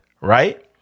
right